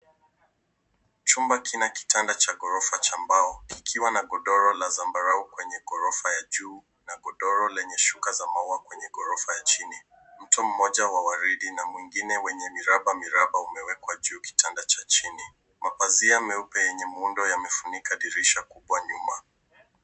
Chumba kina kitanda cha ghorofa cha mbao, ikiwa na godoro la zambarau kwenye ghorofa ya juu, na godoro lenye shuka za maua kwenye ghorofa ya chini. Mto mmoja wa waridi na mwingine wenye miraba miraba umewekwa juu ya kitanda cha chini. Mapazia meupe yenye muundo yamefunika dirisha kubwa nyuma.